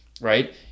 right